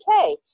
okay